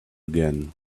again